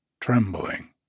trembling